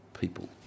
people